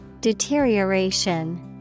Deterioration